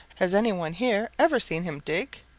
has any one here ever seen him dig?